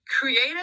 creative